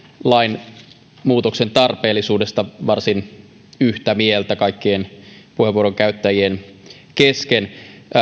lainmuutoksen tarpeellisuudesta varsin yhtä mieltä kaikkien puheenvuoronkäyttäjien kesken